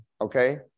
okay